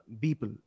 people